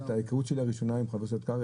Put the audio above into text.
ההכרות שלי הראשונה עם חבר הכנסת קרעי